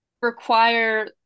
require